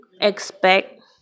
Expect